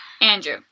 Andrew